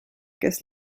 kes